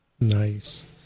Nice